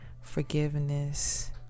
forgiveness